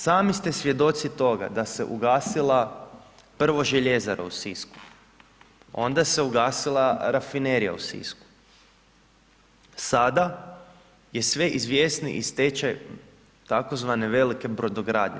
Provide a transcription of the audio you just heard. Sami ste svjedoci toga da se ugasila prvo željezara u Sisku, onda se ugasila rafinerija u Sisku, sada je sve izvjesniji i stečaj tzv. velike brodogradnje.